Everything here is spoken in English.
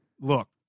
Look